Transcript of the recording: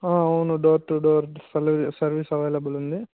అవును door to door సర్వీ service available ఉంది